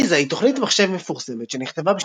אלייזה היא תוכנית מחשב מפורסמת שנכתבה